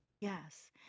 Yes